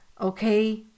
Okay